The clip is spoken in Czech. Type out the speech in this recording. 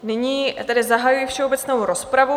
Nyní zahajuji všeobecnou rozpravu.